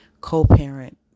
co-parent